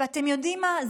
ואתם יודעים מה?